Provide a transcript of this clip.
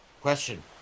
question